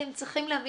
אתם צריכים להבין